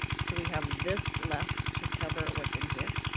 so we have this left to cover what's in here.